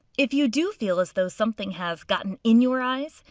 if you do feel as though something has gotten in your eyes,